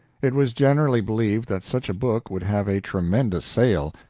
it was generally believed that such a book would have a tremendous sale,